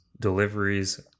deliveries